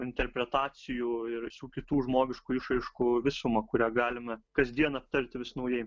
interpretacijų ir visų kitų žmogiškų išraiškų visumą kurią galime kasdien aptarti vis naujai